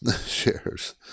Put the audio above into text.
shares